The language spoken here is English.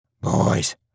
Boys